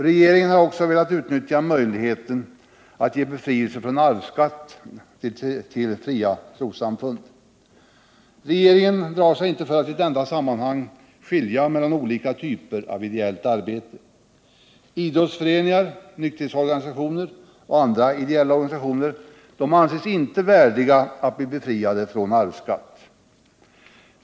Regeringen har också velat utnyttja möjligheten att ge befrielse från arvsskatt till fria trossamfund. Regeringen drar sig inte för att i detta sammanhang skilja mellan olika typer av ideellt arbete. Idrottsföreningar, nykterhetsorganisationer och andra ideella organisationer anses inte värdiga att bli befriade från arvsskatt.